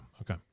okay